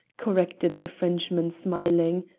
corrected the frenchman, smiling.